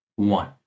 One